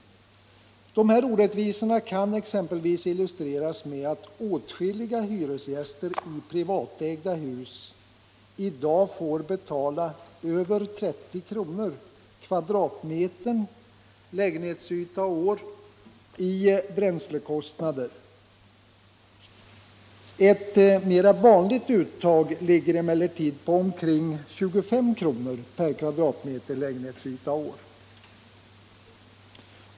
De här orättvisorna kan exempelvis illustreras med att åtskilliga hyresgäster i privatägda hus i dag får betala över 30 kr. m' lägenhetsyta och år i bränslekostnader. Ett mera vanligt uttag ligger emellertid på omkring 25 kr. m' lägenhetsyta och år.